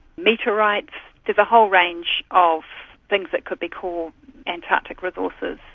meteorites, there's a whole range of things that could be called antarctic resources.